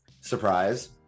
Surprise